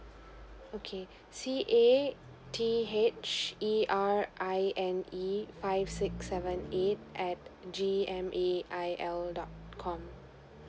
okay C_A_T_H_E_R_I_N_E five six seven eight at G_M_A_I_L dot com